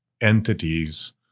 entities